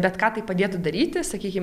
bet ką tai padėtų daryti sakykim